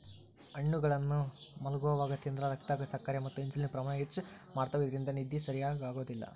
ಹಣ್ಣುಗಳನ್ನ ಮಲ್ಗೊವಾಗ ತಿಂದ್ರ ರಕ್ತದಾಗ ಸಕ್ಕರೆ ಮತ್ತ ಇನ್ಸುಲಿನ್ ಪ್ರಮಾಣ ಹೆಚ್ಚ್ ಮಾಡ್ತವಾ ಇದ್ರಿಂದ ನಿದ್ದಿ ಸರಿಯಾಗೋದಿಲ್ಲ